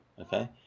Okay